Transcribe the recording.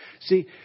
See